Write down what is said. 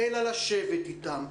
אלא לשבת איתם,